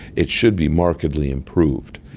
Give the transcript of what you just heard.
it should be markedly improved.